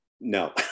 no